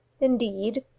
Indeed